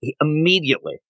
immediately